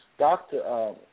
Doctor